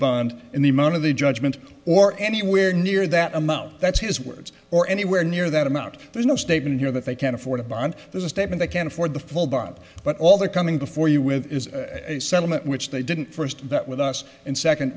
bond in the amount of the judgment or anywhere near that amount that's his words or anywhere near that amount there's no statement here that they can't afford a bond there's a step and they can afford the full bob but all they're coming before you with is a settlement which they didn't first but with us and second